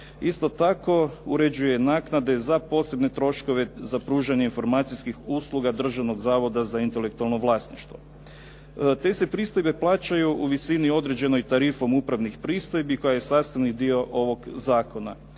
Isto tako, uređuje naknade za posebne troškove za pružanje informacijskih usluga Državnog zavoda za intelektualno vlasništvo. Te se pristojbe plaćaju u visini određenoj tarifom upravnih pristojbi koja je sastavni dio ovog zakona.